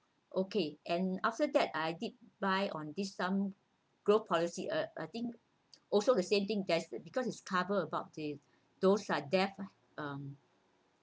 okay and after that I did buy on this some growth policy uh I think also the same thing that because it's cover about the those like death um